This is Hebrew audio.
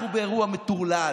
אנחנו באירוע מטורלל.